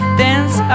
dance